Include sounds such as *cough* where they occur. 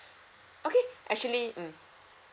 *noise* okay actually mm